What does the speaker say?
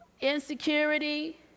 insecurity